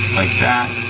like that.